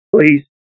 Please